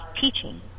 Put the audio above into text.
teaching